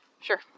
sure